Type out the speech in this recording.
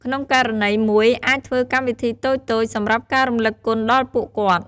ក្នុងករណីមួយអាចធ្វើកម្មវិធីតូចៗ សម្រាប់ការរំលឹកគុណដល់ពួកគាត់។